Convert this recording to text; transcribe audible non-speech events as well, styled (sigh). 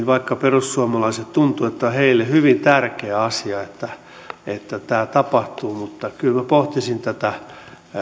(unintelligible) vaikka perussuomalaisista tuntuu että on heille hyvin tärkeä asia että tämä kehitys ja painopisteiden muutos tapahtuu kyllä minä pohtisin tätä